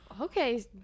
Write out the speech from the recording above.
Okay